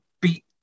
beat